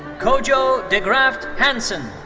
kojo degraft-hanson.